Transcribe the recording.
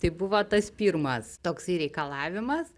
tai buvo tas pirmas toksai reikalavimas